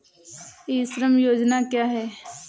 ई श्रम योजना क्या है?